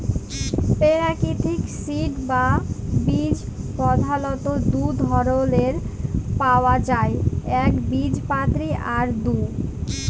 পেরাকিতিক সিড বা বীজ পধালত দু ধরলের পাউয়া যায় একবীজপত্রী আর দু